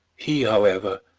he, however,